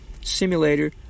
simulator